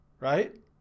Right